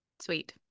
sweet